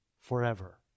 forever